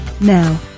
Now